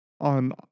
on